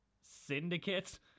syndicates